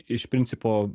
iš principo